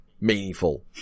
meaningful